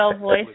voice